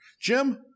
Jim